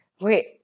Wait